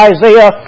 Isaiah